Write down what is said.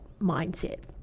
mindset